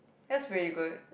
that's really good